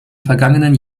vergangenen